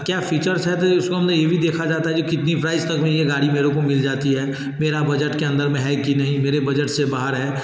क्या फ़ीचर्स हैं तो उसको हमने ये भी देखा जाता है कि कितनी प्राइस तक में ये गाड़ी मेरे को मिल जाती है मेरा बजट के अंदर में है की नहीं मेरे बजट से बाहर है